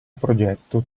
progetto